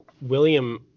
William